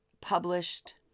published